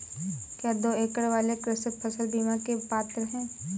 क्या दो एकड़ वाले कृषक फसल बीमा के पात्र हैं?